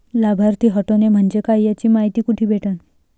लाभार्थी हटोने म्हंजे काय याची मायती कुठी भेटन?